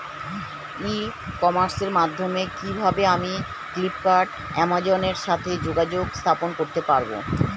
ই কমার্সের মাধ্যমে কিভাবে আমি ফ্লিপকার্ট অ্যামাজন এর সাথে যোগাযোগ স্থাপন করতে পারব?